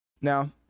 now